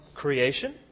creation